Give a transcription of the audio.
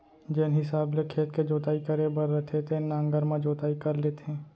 जेन हिसाब ले खेत के जोताई करे बर रथे तेन नांगर म जोताई कर लेथें